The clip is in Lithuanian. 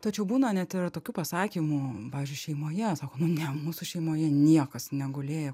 tačiau būna net yra tokių pasakymų pavyzdžiui šeimoje sako nu ne mūsų šeimoje niekas negulėjo